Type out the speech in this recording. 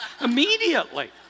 Immediately